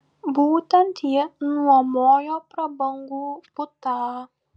būtent ji nuomojo prabangų butą